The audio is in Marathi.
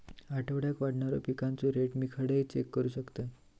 आठवड्याक वाढणारो पिकांचो रेट मी खडे चेक करू शकतय?